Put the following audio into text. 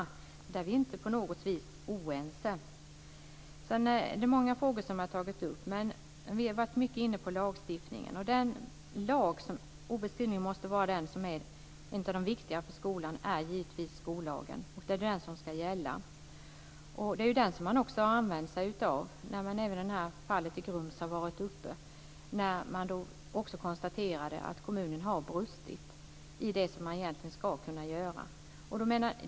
Där är vi inte på något vis oense. Det är många frågor som har tagits upp. Men vi har varit mycket inne på lagstiftningen. Och den lag som obestridligen måste vara en av de viktigaste för skolan är givetvis skollagen, och det är den som ska gälla. Det är också den som man har använt sig av när fallet i Grums har varit uppe. Då konstaterade man att kommunen har brustit i det som den egentligen ska kunna göra.